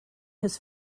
his